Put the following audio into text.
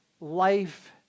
Life